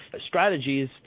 strategies